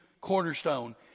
cornerstone